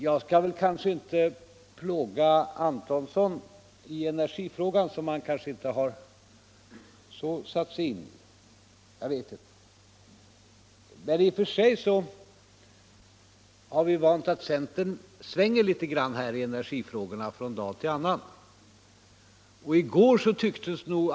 Jag skall inte plåga herr Antonsson i energifrågan, som han kanske inte har satt sig in i så mycket, jag vet inte. I och för sig har vi vant oss vid att centern svänger litet i energifrågorna från dag till annan.